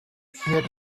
had